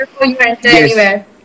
Yes